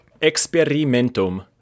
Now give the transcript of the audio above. experimentum